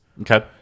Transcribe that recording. okay